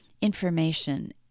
information